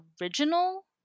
original